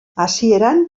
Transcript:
hasieran